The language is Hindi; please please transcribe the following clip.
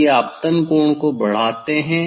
यदि आप आपतन कोण को बढ़ाते हैं